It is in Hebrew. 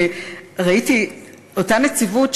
אותה נציבות,